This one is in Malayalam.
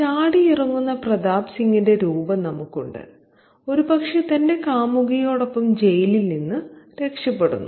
ചാടിയിറങ്ങുന്ന പ്രതാപ് സിങ്ങിന്റെ രൂപം നമുക്കുണ്ട് ഒരുപക്ഷേ തന്റെ കാമുകിയോടൊപ്പം ജയിലിൽ നിന്ന് രക്ഷപ്പെടുന്നു